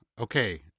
Okay